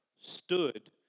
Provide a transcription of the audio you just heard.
stood